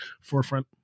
forefront